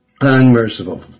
Unmerciful